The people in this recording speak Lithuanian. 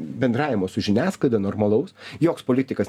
bendravimo su žiniasklaida normalaus joks politikas